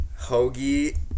hoagie